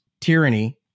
tyranny